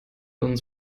uns